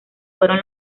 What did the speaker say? fueron